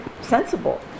sensible